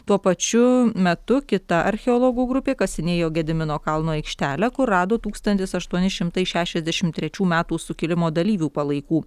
tuo pačiu metu kita archeologų grupė kasinėjo gedimino kalno aikštelę kur rado tūkstantis aštuoni šimtai šešiasdešim trečių metų sukilimo dalyvių palaikų